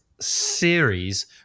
series